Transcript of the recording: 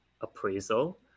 appraisal